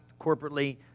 corporately